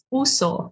uso